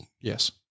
Yes